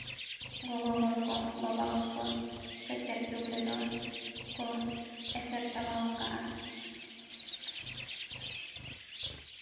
ᱜᱚᱜᱚ ᱦᱚᱲ ᱠᱚ ᱵᱟᱵᱟ ᱦᱚᱲ ᱠᱚ ᱥᱮᱪᱮᱫ ᱡᱩᱜᱽ ᱨᱮᱫᱚ ᱠᱚ ᱮᱥᱮᱨ ᱪᱟᱵᱟᱣ ᱟᱠᱟᱜᱼᱟ